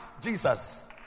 Jesus